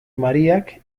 mariak